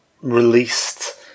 released